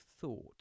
thought